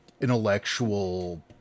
intellectual